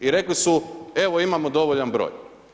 I rekli su evo imamo dovoljan broj.